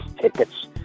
tickets